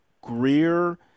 Greer